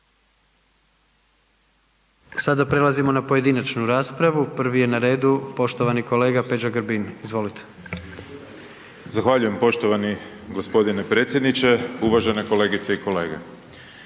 Sada prelazimo na pojedinačnu raspravu, prvi je na redu poštovani kolega Peđa Grbin. Izvolite. **Grbin, Peđa (SDP)** Zahvaljujem. Poštovani gospodine predsjedniče, uvažene kolegice i kolege.